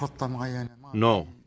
No